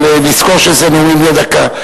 אבל צריך לזכור שזה נאומים בני דקה.